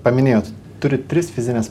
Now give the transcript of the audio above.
paminėjot turit tris fizines